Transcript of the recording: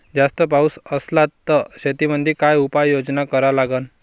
जास्त पाऊस असला त शेतीमंदी काय उपाययोजना करा लागन?